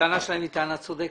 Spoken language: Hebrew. הטענה שלהם היא טענה צודקת.